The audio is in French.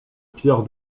pierre